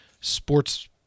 sports